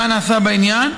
מה נעשה בעניין,